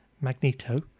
Magneto